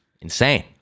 insane